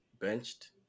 benched